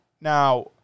Now